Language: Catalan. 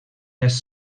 les